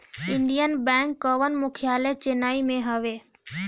Indian bank कअ मुख्यालय चेन्नई में हवे